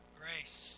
grace